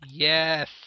Yes